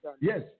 Yes